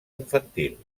infantil